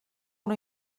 una